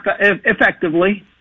effectively